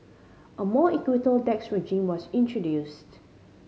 a more equitable tax regime was introduced